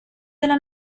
della